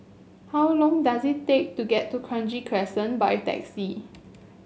how long does it take to get to Kranji Crescent by taxi